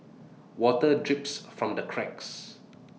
water drips from the cracks